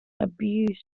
abuse